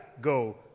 go